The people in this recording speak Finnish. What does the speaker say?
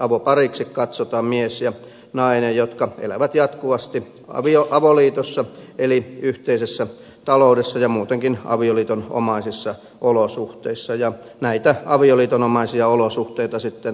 avopariksi katsotaan mies ja nainen jotka elävät jatkuvasti avoliitossa eli yhteisessä taloudessa ja muutenkin avioliitonomaisissa olosuhteissa ja näitä avioliitonomaisia olosuhteita sitten virkakoneisto on laitettu valvomaan